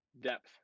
depth